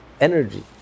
energy